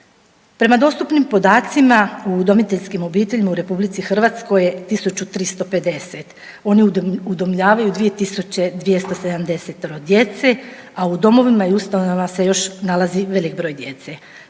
Prema dostupnim podacima u udomiteljskim obiteljima u RH je 1.350. Oni udomljavaju 2.270 djece, a u domovima i ustanovama se još nalazi velik broj djece.